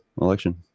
election